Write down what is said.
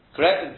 Correct